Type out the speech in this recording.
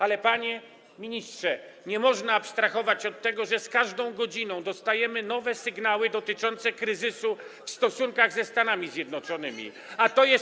Ale, panie ministrze, nie można abstrahować od tego, że z każdą godziną dostajemy coraz to nowe sygnały dotyczące kryzysu w stosunkach ze Stanami Zjednoczonymi, a to jest.